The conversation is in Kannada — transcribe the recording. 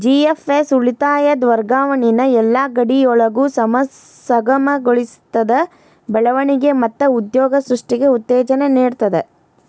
ಜಿ.ಎಫ್.ಎಸ್ ಉಳಿತಾಯದ್ ವರ್ಗಾವಣಿನ ಯೆಲ್ಲಾ ಗಡಿಯೊಳಗು ಸುಗಮಗೊಳಿಸ್ತದ, ಬೆಳವಣಿಗೆ ಮತ್ತ ಉದ್ಯೋಗ ಸೃಷ್ಟಿಗೆ ಉತ್ತೇಜನ ನೇಡ್ತದ